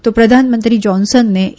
તો પ્રધાનમંત્રી જોન્સનને ઇ